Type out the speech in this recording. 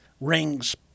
rings